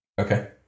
Okay